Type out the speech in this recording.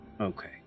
Okay